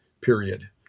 period